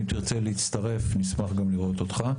אם תרצה להצטרף נשמח גם לראות אותך.